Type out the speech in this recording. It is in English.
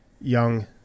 young